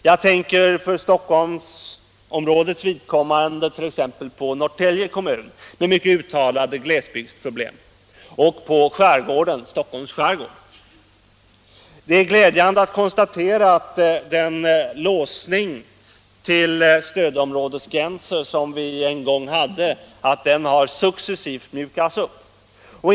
Jag tänker för Stockholmsregionens vidkommande på t.ex. Norrtälje kommun, som har mycket uttalade glesbygdsproblem, och på Stockholms skärgård. Det är glädjande att kunna konstatera att den låsning till stödområdesgränser som vi en gång hade nu successivt mjukats upp.